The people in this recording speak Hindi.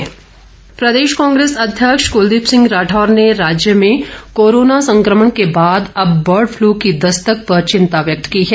कांग्रेस प्रदेश कांग्रेस अध्यक्ष कूलदीप सिंह राठौर ने राज्य में कोरोना संक्रमण के बाद अब बर्डफ्लू की दस्तक पर चिंता व्यक्त की है